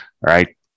right